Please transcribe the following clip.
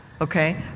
okay